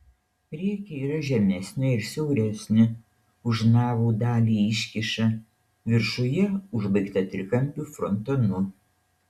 priekyje yra žemesnė ir siauresnė už navų dalį iškyša viršuje užbaigta trikampiu frontonu